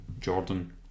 Jordan